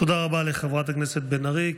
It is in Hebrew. תודה רבה לחברת הכנסת בן ארי.